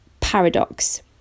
paradox